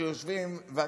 שיושבים בוושינגטון,